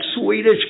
Swedish